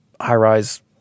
high-rise